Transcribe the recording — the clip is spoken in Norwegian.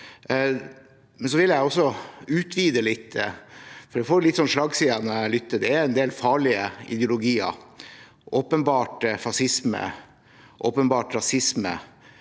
Jeg vil også utvide litt, for det får litt slagside når jeg lytter. Det er en del farlige ideologier – åpenbart fascisme og rasisme